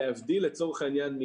להבדיל לצורך העניין,